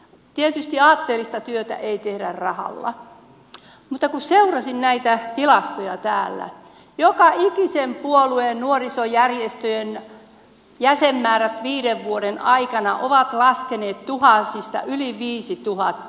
tietysti aatteellista työtä ei tehdä rahalla mutta kun seurasin näitä tilastoja täällä joka ikisen puolueen nuorisojärjestöjen jäsenmäärät viiden vuoden aikana ovat laskeneet tuhansista yli viisituhatta